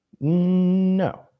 no